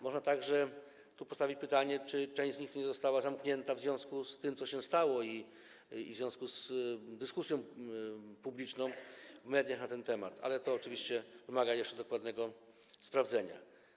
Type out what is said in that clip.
Można także postawić tu pytanie, czy część z nich nie została zamknięta w związku z tym, co się stało, i w związku z dyskusją publiczną w mediach na ten temat, ale to oczywiście wymaga jeszcze dokładnego sprawdzenia.